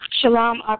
Shalom